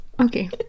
Okay